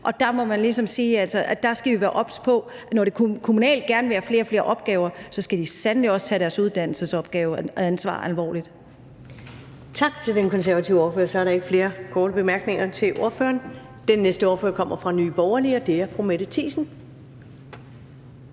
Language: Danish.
Og der må man ligesom sige, at der skal vi være obs på, at når det kommunale gerne vil have flere og flere opgaver, så skal de sandelig også tage deres uddannelsesansvar alvorligt.